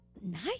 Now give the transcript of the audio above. nice